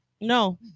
No